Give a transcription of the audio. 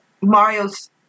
Mario's